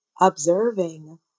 observing